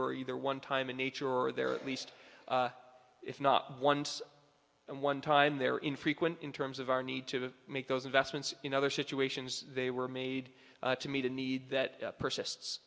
were either onetime in nature or they're at least if not once and one time they're infrequent in terms of our need to make those investments in other situations they were made to meet a need that persists